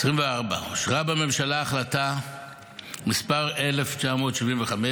2024 אושרה בממשלה החלטה מס' 1975,